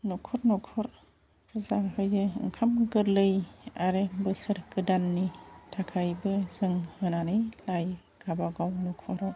न'खर न'खर फुजा होयो ओंखाम गोरलै आरो बोसोर गोदाननि थाखायबो जों होनानै लायो गाबागाव न'खराव